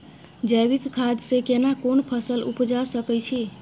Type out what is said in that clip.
जैविक खाद से केना कोन फसल उपजा सकै छि?